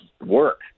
work